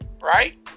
Right